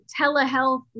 telehealth